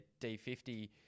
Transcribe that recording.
D50